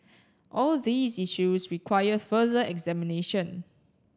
all these issues require further examination